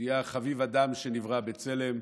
מביאה "חביב אדם שנברא בצלם",